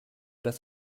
das